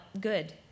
good